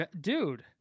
dude